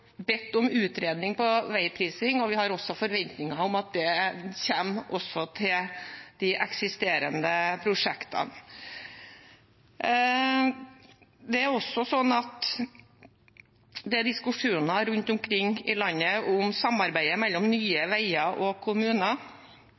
bedt om utredning på veiprising, også har forventninger om at det kommer også til de eksisterende prosjektene. Det er diskusjoner rundt omkring i landet om samarbeidet mellom Nye